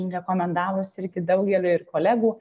rekomendavusi irgi daugeliui ir kolegų